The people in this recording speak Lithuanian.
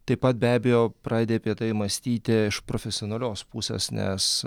taip pat be abejo pradedi apie tai mąstyti iš profesionalios pusės nes